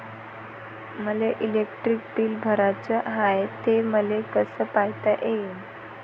मले electric bill भराचं हाय, ते मले कस पायता येईन?